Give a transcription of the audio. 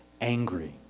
angry